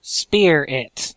spear-it